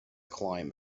client